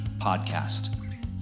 Podcast